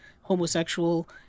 homosexual